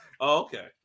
Okay